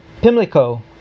Pimlico